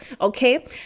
Okay